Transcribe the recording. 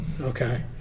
okay